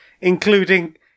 including